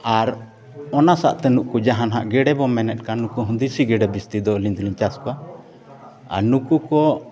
ᱟᱨ ᱚᱱᱟ ᱥᱟᱶᱛᱮ ᱱᱩᱠᱩ ᱡᱟᱦᱟᱸ ᱦᱟᱸᱜ ᱜᱮᱰᱮ ᱵᱚᱱ ᱢᱮᱱᱮᱫ ᱠᱟᱱ ᱱᱩᱠᱩ ᱫᱮᱥᱤ ᱜᱮᱰᱮ ᱡᱟᱹᱥᱛᱤ ᱫᱚ ᱟᱹᱞᱤᱧ ᱫᱚᱞᱤᱧ ᱪᱟᱥ ᱠᱚᱣᱟ ᱟᱨ ᱱᱩᱠᱩ ᱠᱚ